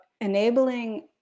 enabling